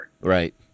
Right